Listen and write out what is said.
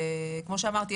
כמו שאמרתי,